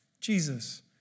Jesus